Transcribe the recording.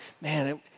man